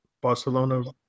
Barcelona